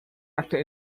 actor